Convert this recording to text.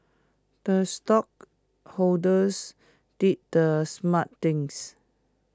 the stockholders did the smart things